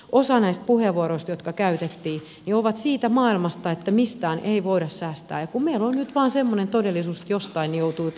osa näistä puheenvuoroista jotka käytettiin on siitä maailmasta että mistään ei voida säästää ja meillä on nyt vain semmoinen todellisuus että jostain joutuu jotain säästämään